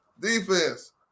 Defense